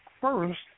first